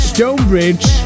Stonebridge